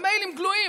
במיילים גלויים,